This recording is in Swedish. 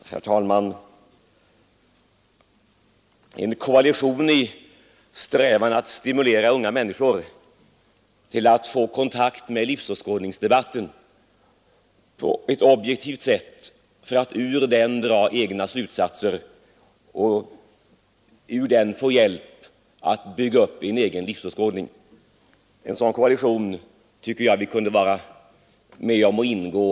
Herr talman! En koalition i strävan att stimulera unga människor till att få kontakt med livsåskådningsdebatten på ett objektivt sätt för att ur den dra egna slutsatser och ur den få hjälp att bygga upp en egen livsåskådning — en sådan koalition tycker jag att vi alla i Sveriges riksdag kunde vara med om att ingå.